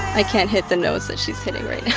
i can't hit the notes that she's hitting right